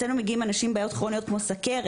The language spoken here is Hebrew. מגיעים אלינו אנשים עם בעיות כרוניות של סכרת,